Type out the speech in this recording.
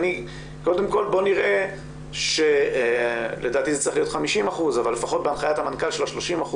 לדעתי זה צריך להיות 50% אבל לפחות בהנחיית המנכ"ל של ה-30%